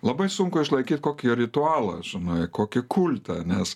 labai sunku išlaikyt kokį ritualą žinai kokį kultą nes